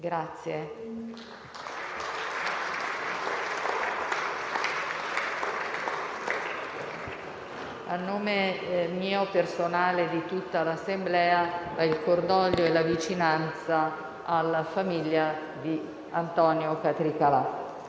Applausi).* A nome mio personale e di tutta l'Assemblea, esprimo cordoglio e vicinanza alla famiglia di Antonio Catricalà.